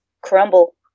crumble